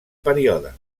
període